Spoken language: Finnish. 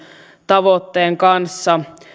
tavoitteen kanssa